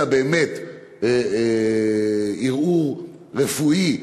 אלא באמת ערעור רפואי,